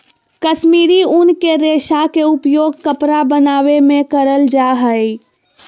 कश्मीरी उन के रेशा के उपयोग कपड़ा बनावे मे करल जा हय